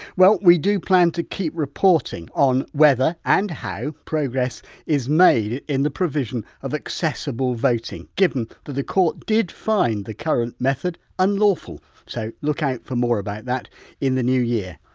well, we do plan to keep reporting on whether and how progress is made in the provision of accessible voting, given that a court did find the current method unlawful. so, look out for more about that in the new year.